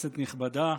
כנסת נכבדה,